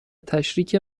تشریک